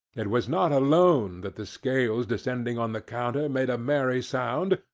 it was not alone that the scales descending on the counter made a merry sound,